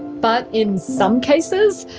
but in some cases,